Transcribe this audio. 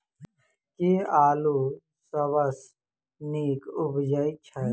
केँ आलु सबसँ नीक उबजय छै?